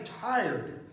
tired